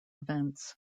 events